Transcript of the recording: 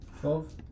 Twelve